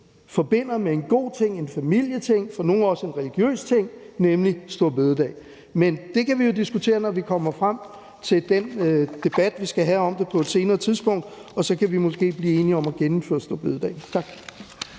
forbinder med en god ting, en familieting, og for nogle er det også en religiøs ting, nemlig store bededag. Men det kan vi jo diskutere, når vi kommer frem til den debat, vi skal have om det på et senere tidspunkt, og så kan vi måske blive enige om at genindføre store bededag. Tak.